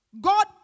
God